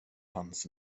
hans